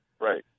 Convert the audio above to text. Right